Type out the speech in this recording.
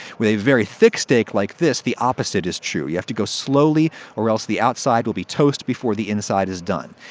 with a very thick steak like this, the opposite is true. you have to go slowly or else the outside will be toast before the inside is done.